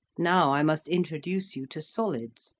now i must introduce you to solids,